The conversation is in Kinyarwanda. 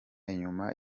inyuma